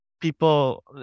people